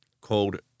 called